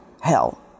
hell